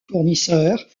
fournisseurs